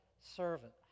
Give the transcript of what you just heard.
servant